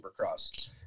Supercross